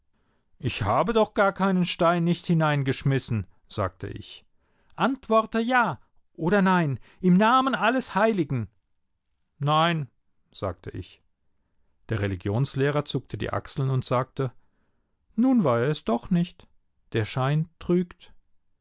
ich habe doch gar keinen stein nicht hineingeschmissen sagte ich antworte ja oder nein im namen alles heiligen nein sagte ich der religionslehrer zuckte die achseln und sagte nun war er es doch nicht der schein trügt